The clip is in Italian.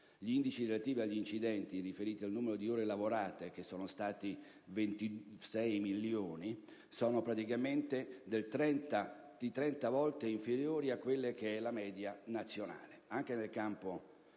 Gli indici relativi agli incidenti riferiti al numero di ore lavorate (che sono state 26 milioni) sono praticamente di 30 volte inferiori alla media nazionale. Anche nel campo della